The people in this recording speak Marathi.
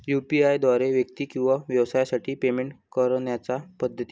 यू.पी.आय द्वारे व्यक्ती किंवा व्यवसायांसाठी पेमेंट करण्याच्या पद्धती